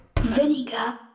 Vinegar